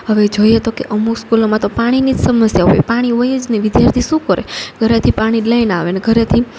હવે જોઈએ તો કે અમુક સ્કૂલોમાં તો પાણીની જ સમસ્યા હોય પાણી હોય જ નહીં વિદ્યાર્થીઓ શું કરે ઘરેથી પાણી લઈને આવેને ઘરેથી